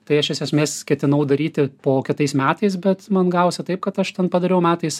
tai aš iš esmės ketinau daryti po kitais metais bet man gavosi taip kad aš ten padariau metais